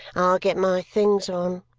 i'll get my things on.